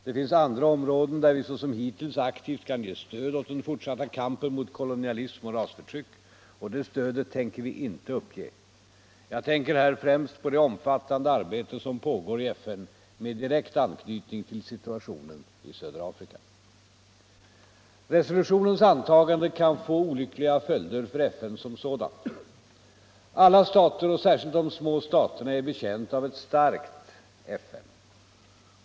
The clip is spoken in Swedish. Det finns andra områden, där vi såsom hittills aktivt kan ge stöd åt den fortsatta kampen mot kolonialism och rasförtryck. Och det stödet tänker vi inte uppge. Jag syftar här främst på det omfattande arbete som pågår i FN med direkt anknytning till situationen i södra Afrika. Resolutionens antagande kan få olyckliga följder för FN som sådant. Alla stater och särskilt de små staterna är betjänta av ett starkt FN.